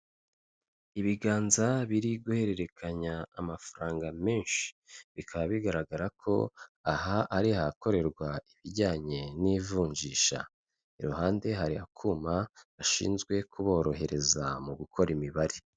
Ibiganza biri guhererekanya amafaranga menshi bikaba bigaragara ko aha ari ahakorerwa ibijyanye n'ivunjisha iruhande hari akuma bashinzwe kuborohereza mu gukora imibare.